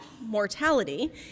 mortality